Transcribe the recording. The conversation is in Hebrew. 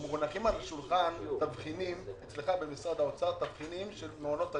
מונחים אצלך על השולחן במשרד האוצר תבחינים של מעונות היום,